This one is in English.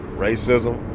racism